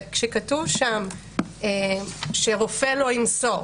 כשכתוב שם שרופא לא ימסור,